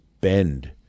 bend